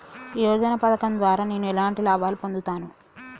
యోజన పథకం ద్వారా నేను ఎలాంటి లాభాలు పొందుతాను?